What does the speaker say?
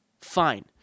fine